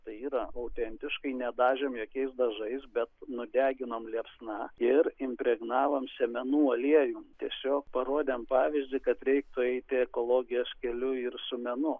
tai yra autentiškai nedažėm jokiais dažais bet nudeginom liepsna ir impregnavom sėmenų aliejum tiesiog parodėm pavyzdį kad reiktų eiti ekologijos keliu ir su menu